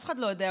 אף אחד לא יודע,